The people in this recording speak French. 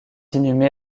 inhumé